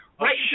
Right